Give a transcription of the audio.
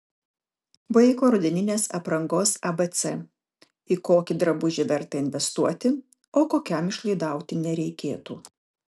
vaiko rudeninės aprangos abc į kokį drabužį verta investuoti o kokiam išlaidauti nereikėtų